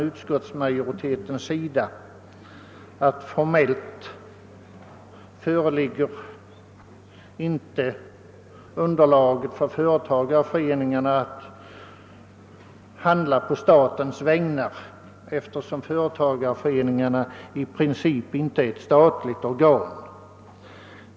Utskottsmajoriteten menar att det inte föreligger något underlag för uppfattningen att företagareföreningarna kan agera på statens vägnar, eftersom de i princip inte är statliga organ.